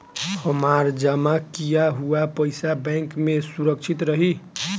हमार जमा किया हुआ पईसा बैंक में सुरक्षित रहीं?